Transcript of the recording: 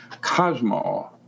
Cosmo